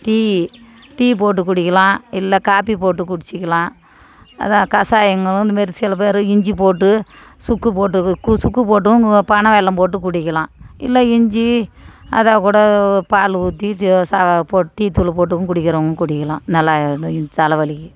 tea tea போட்டு குடிக்கலாம் இல்லை காபி போட்டு குடிச்சிக்கலாம் அதான் கசாயம் கலந்து இந்தமாரி சில பேர் இஞ்சி போட்டு சுக்கு போட்டு கு சுக்கு போட்டும் பனைவெல்லம் போட்டும் குடிக்கலாம் இல்லை இஞ்சி அத கூட பால் ஊற்றி டீ தூள் போட்டும் குடிக்கிறவங்களும் குடிக்கலாம் நல்லா இருக்கும் இந்த தலைவலிக்கு